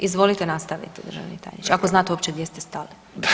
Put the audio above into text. Izvolite nastavite državni tajniče ako znate uopće gdje ste stali.